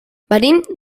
venim